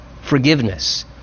forgiveness